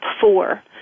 four